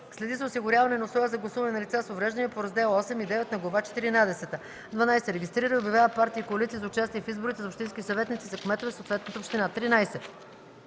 следи за осигуряване на условия за гласуване на лица с увреждания по раздели VIII и IX на Глава четиринадесета; 12. регистрира и обявява партии и коалиции за участие в изборите за общински съветници и за кметове в съответната община; 13.